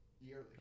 Yearly